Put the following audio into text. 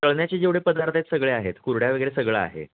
तळण्याचे जेवढे पदार्थ आहेत सगळे आहेत कुरडया वगैरे सगळं आहे